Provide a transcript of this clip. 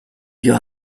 your